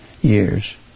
years